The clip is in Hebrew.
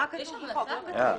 בחוק לא כתוב משטרה.